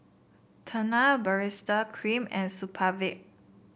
Tena Baritex Cream and Supravit